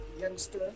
youngster